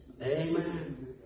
Amen